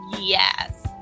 Yes